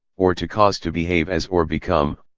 or to cause to behave as or become,